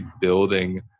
building